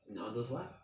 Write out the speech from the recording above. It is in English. in all those what